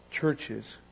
Churches